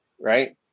right